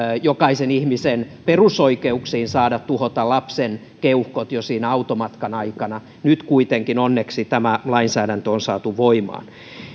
jokaisen ihmisen perusoikeuksiin saada tuhota lapsen keuhkot jo siinä automatkan aikana nyt kuitenkin onneksi tämä lainsäädäntö on saatu voimaan